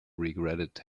regretted